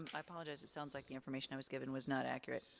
i apologize. it sounds like the information i was given was not accurate.